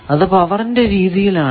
അത് പവറിന്റെ രീതിയിൽ ആണ്